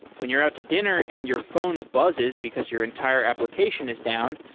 when you're out to dinner and your phone buzzes because your entire application is down,